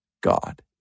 God